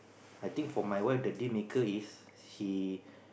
I think for my one the deal maker is she